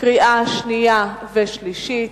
קריאה שנייה וקריאה שלישית.